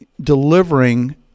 delivering